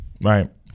Right